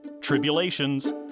tribulations